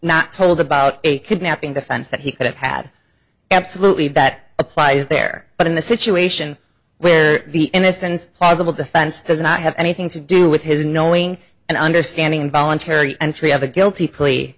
not told about a kidnapping offense that he could have had absolutely that applies there but in the situation where the innocence possible defense does not have anything to do with his knowing and understanding involuntary entry of a guilty ple